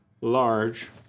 large